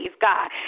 God